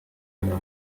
önem